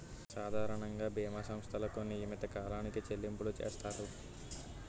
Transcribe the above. సాధారణంగా బీమా సంస్థలకు నియమిత కాలానికి చెల్లింపులు చేస్తారు